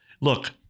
Look